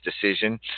decision